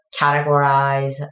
categorize